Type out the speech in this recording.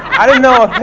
i don't know